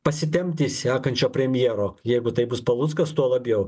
pasitempti sekančio premjero jeigu tai bus paluckas tuo labiau